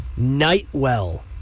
Nightwell